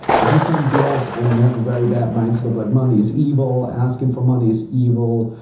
if you come to us and you have a very bad mindset of like money is evil, asking for money is evil,